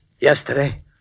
Yesterday